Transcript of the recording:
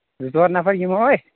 زٕ ژور نَفر یِمو أسۍ